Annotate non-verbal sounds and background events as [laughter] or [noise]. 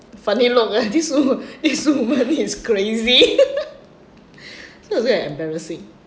funny look like this wo~ this woman is crazy [laughs] [breath] so I was so embarrassing